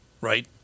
Right